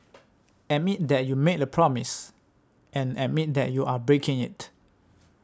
admit that you made a promise and admit that you are breaking it